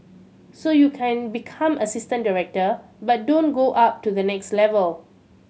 so you can become assistant director but don't go up to the next level